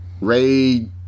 Ray